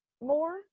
more